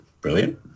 Brilliant